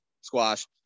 squash